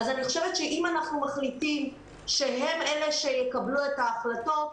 אם אנחנו מחליטים שהם אלה שיקבלו את ההחלטות,